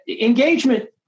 engagement